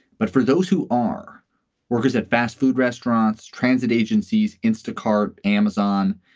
but for those who are workers at fast food restaurants, transit agencies, instacart, amazon,